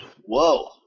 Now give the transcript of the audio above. Whoa